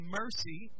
mercy